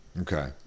Okay